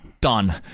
done